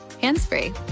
hands-free